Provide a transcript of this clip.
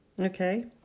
Okay